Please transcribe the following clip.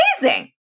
Amazing